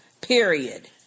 period